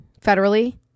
federally